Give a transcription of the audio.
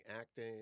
acting